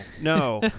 no